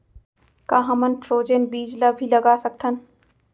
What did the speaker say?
का हमन फ्रोजेन बीज ला भी लगा सकथन?